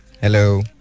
Hello